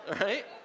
Right